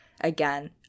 again